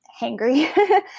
hangry